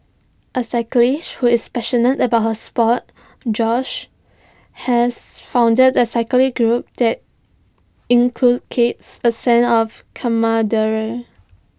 A cyclist who is passionate about her Sport Joyce has founded A cycling group that inculcates A sense of